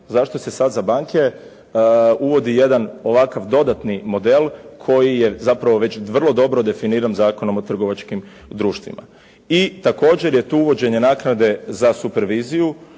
zašto se sad za banke uvodi jedan ovakav dodatni model koji je zapravo već vrlo dobro definiran Zakonom o trgovačkim društvima. I također je tu uvođenje naknade za superviziju